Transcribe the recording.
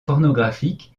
pornographiques